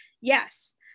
Yes